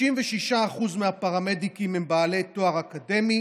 66% מהפרמדיקים הם בעלי תואר אקדמי